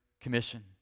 Commission